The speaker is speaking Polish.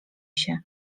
się